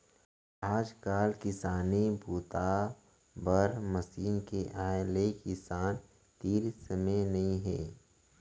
आजकाल किसानी बूता बर मसीन के आए ले किसान तीर समे नइ हे